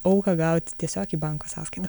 auką gauti tiesiog į banko sąskaitą